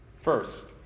First